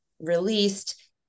released